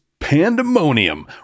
pandemonium